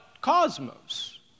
Cosmos